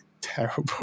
terrible